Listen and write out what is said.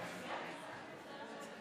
חוברת ג' ישיבה